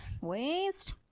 waist